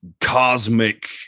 cosmic